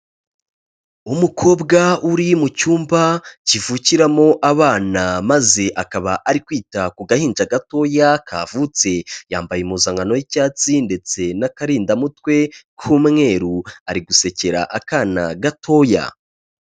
Umukobwa uri mu cyumba kivukiramo abana maze akaba ari kwita ku gahinja gatoya kavutse, yambaye impuzankano y'icyatsi ndetse n'akarindamutwe k'umweru, ari gusekera akana gatoya.